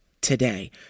Today